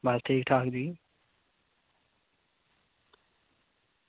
बस ठीक ठाक जी